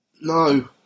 No